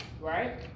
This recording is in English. right